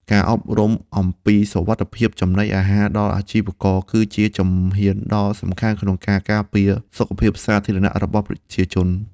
ការអប់រំអំពីសុវត្ថិភាពចំណីអាហារដល់អាជីវករគឺជាជំហានដ៏សំខាន់ក្នុងការការពារសុខភាពសាធារណៈរបស់ប្រជាជន។